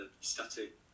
static